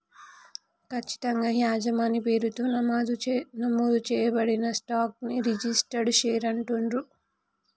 ఖచ్చితంగా యజమాని పేరుతో నమోదు చేయబడిన స్టాక్ ని రిజిస్టర్డ్ షేర్ అంటుండ్రు